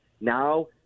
Now